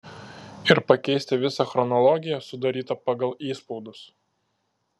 ir pakeisti visą chronologiją sudarytą pagal įspaudus